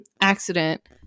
accident